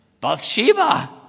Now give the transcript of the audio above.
Bathsheba